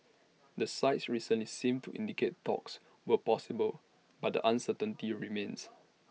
the sides recently seemed to indicate talks were possible but the uncertainty remains